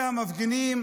המפגינים